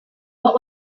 what